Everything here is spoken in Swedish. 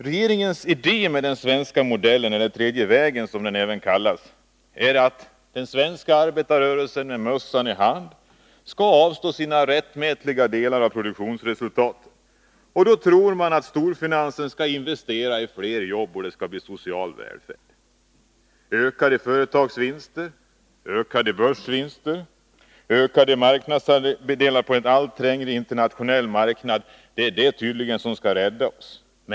Regeringens idé med den svenska modellen — eller tredje vägen som den även kallas — är att den svenska arbetarrörelsen med mössan i hand skall avstå sin rättmätiga andel av produktionsresultatet. Då tror man att storfinansen skall investera i fler jobb och att det skall bli social välfärd. Ökade företagsvinster, ökade börsvinster, ökade marknadsandelar på en allt trängre internationell marknad är tydligen det som skall rädda oss.